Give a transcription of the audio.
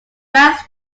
banks